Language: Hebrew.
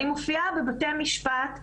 אני מופיעה בבתי המשפט,